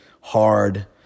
hard